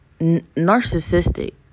narcissistic